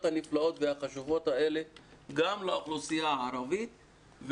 הנפלאות והחשובות האלה גם לאוכלוסייה הערבית.